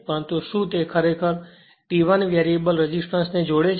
પરંતુ આ તે શું છે જે ખરેખર T1 વેરીએબલ રેઝિસ્ટર ને જોડે છે